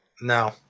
No